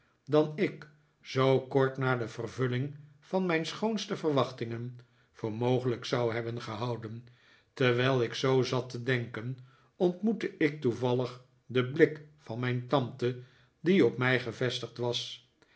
dan ik zoo kort na de vervulling van mijn schoonste verwachtingen voor mogelijk zou hebben gehouden terwijl ik zoo zat te denken ontmoette ik toevallig den blik van mijn tante die op mij gevestigd was